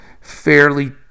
fairly